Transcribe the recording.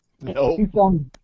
No